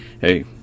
Hey